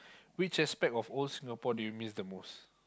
which aspect of old Singapore do you miss the most